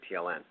TLN